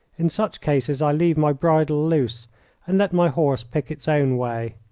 in such cases i leave my bridle loose and let my horse pick its own way.